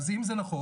אז אם זה נכון,